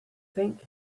think